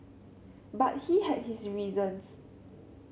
but he had his reasons